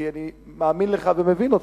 כי אני מאמין לך ומבין אותך,